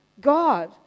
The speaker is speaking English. God